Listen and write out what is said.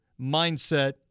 mindset